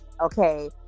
okay